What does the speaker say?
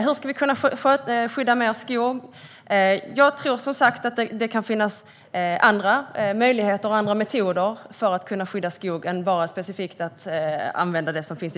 Hur ska vi kunna skydda mer skog? Jag tror, som sagt, att det kan finnas andra möjligheter och andra metoder för att skydda skogen.